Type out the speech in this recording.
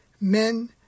men